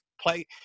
play